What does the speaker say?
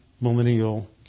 millennial